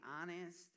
honest